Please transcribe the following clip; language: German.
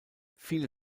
viele